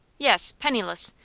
yes, penniless.